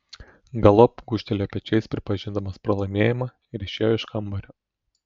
galop gūžtelėjo pečiais pripažindamas pralaimėjimą ir išėjo iš kambario